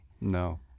No